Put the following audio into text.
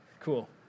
Cool